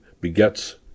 begets